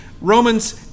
Romans